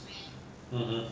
(uh huh)